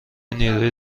نیروی